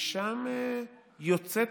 משם יוצאת,